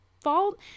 fault